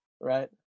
right